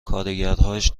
کارگرهاش